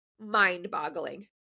mind-boggling